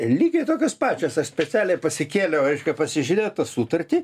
lygiai tokios pačios aš specialiai pasikėliau reiškia pasižiūrėt tą sutartį